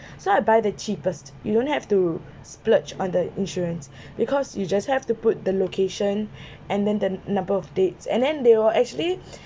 so I buy the cheapest you don't have to splurge on the insurance because you just have to put the location and then the number of days and then they will actually